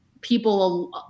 people